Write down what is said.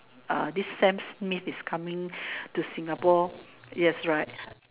uh this Sam Smith is coming to Singapore yes right